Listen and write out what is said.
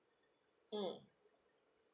mm